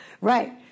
right